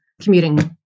commuting